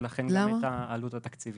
ולכן גם את העלות התקציבית.